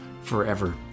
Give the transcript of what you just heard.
forever